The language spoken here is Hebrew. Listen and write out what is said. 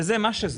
וזה מה שזה.